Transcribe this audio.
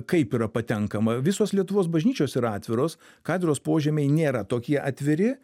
kaip yra patenkama visos lietuvos bažnyčios yra atviros katedros požemiai nėra tokie atviri